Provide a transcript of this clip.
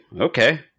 Okay